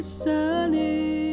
sunny